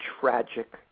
tragic